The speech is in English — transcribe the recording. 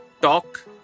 talk